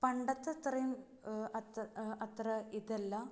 പണ്ടത്തത്രേം അത്രയിതല്ല